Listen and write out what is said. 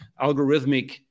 algorithmic